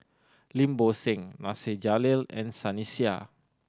Lim Bo Seng Nasir Jalil and Sunny Sia